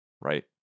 right